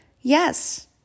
Yes